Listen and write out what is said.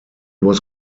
was